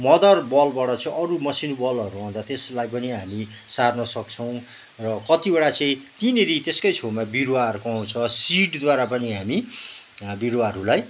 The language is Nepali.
मर्दर बलबाट चाहिँ अरू मसिनो बलहरू आउँदा त्यसलाई पनि हामी सार्नसक्छौँ र कतिवटा चाहिँ त्यहीँनिर त्यसकै छेउमा बिरुवाहरूको आउँछ सिडद्वारा पनि हामी बिरुवाहरूलाई